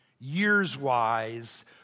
years-wise